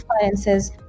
finances